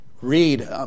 read